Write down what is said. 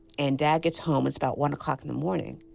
and dad gets home. it's about one o'clock in the morning.